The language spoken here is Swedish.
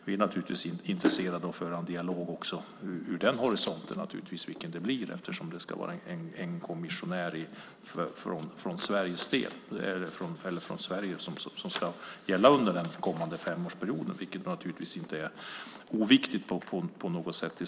Vi är naturligtvis intresserade av att föra en dialog från den horisonten eftersom det ska vara en kommissionär från Sverige under den kommande femårsperioden, vilket naturligtvis inte är oviktigt på något sätt.